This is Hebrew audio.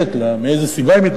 מאיזו סיבה היא מתנגדת לה,